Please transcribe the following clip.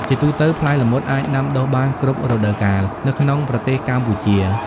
ជាទូទៅ ផ្លែល្មុតអាចដាំដុះបាន គ្រប់រដូវកាល នៅក្នុងប្រទេសកម្ពុជា។